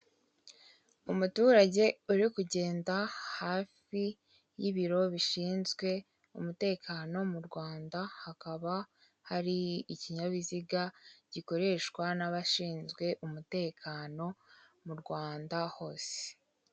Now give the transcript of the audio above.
Umuturage uri kugenda hafi y'ibiro bishinzwe umutekano mu Rwanda, hakaba hari ikinyabiziga gikoreshwa n'abashinzwe umutekano mu Rwanda hose.